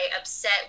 upset